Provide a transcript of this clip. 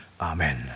Amen